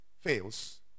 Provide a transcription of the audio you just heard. fails